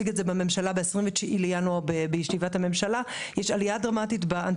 וב-29 בינואר אנחנו נציג זאת בישיבת הממשלה באנטישמיות